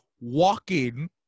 walking